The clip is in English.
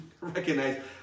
recognize